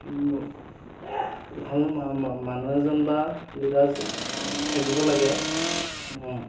ভাল মানুহ এজন বা লিডাৰশ্বিপ থাকিব লাগে